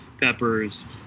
peppers